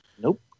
Nope